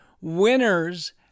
Winners